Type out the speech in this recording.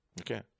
Okay